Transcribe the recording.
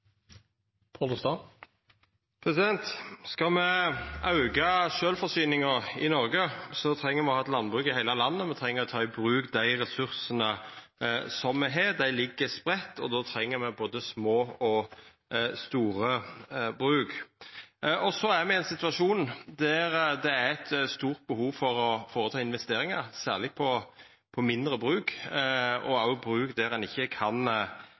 Norge. Skal me auka sjølvforsyninga i Noreg, treng me å ha eit landbruk i heile landet, me treng å ta i bruk dei ressursane me har. Dei ligg spreidde, og då treng me både små og store bruk. Me er i ein situasjon med eit stort behov for å føreta investeringar, særleg på mindre bruk og på bruk der ein ikkje kan